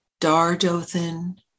Dardothan